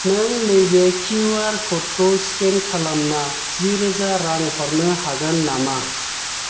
नों नैबे किउआर क'डखौ स्केन खालामना जिरोजा रां हरनो हागोन नामा